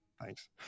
Thanks